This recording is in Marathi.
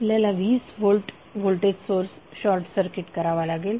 आपल्याला 20 volt voltage source short circuit करावा लागेल